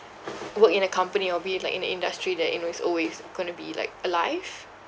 work in a company or be in like in a industry that you know it's always going to be like alive